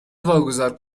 واگذار